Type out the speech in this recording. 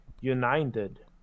united